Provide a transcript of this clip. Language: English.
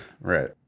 Right